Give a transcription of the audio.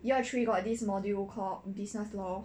year three got this module called business law